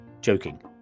joking